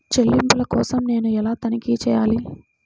చెల్లింపుల కోసం నేను ఎలా తనిఖీ చేయాలి?